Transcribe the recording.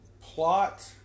plot